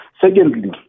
Secondly